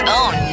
own